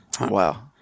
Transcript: Wow